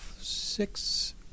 six